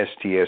STS